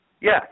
yes